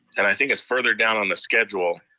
and i think it's further down on the schedule.